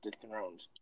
dethroned